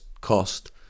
cost